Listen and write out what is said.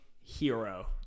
hero